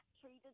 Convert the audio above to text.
treated